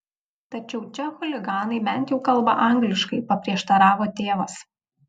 tačiau čia chuliganai bent jau kalba angliškai paprieštaravo tėvas